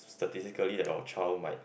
statistically that your child might